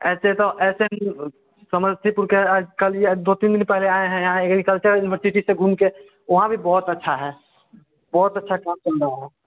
ऐसे तो ऐसे भी समस्तीपुर के आज कल ही दो तीन दिन पहले आए हैं यहाँ एग्रीकल्चर यूनिवर्सिटी से घूमके वहाँ भी बहुत अच्छा है बहुत अच्छा काम चल रहा है